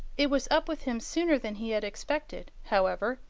it was up with him sooner than he had expected, however,